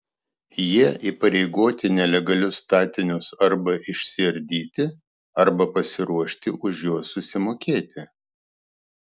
jie įpareigoti nelegalius statinius arba išsiardyti arba pasiruošti už juos susimokėti